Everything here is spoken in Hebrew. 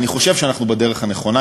ואני חושב שאנחנו בדרך הנכונה.